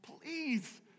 please